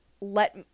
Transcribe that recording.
let